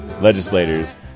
Legislators